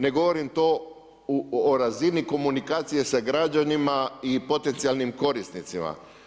Ne govorim to o razini komunikacije sa građanima i potencijalnim korisnicima.